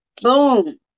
boom